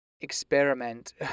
experiment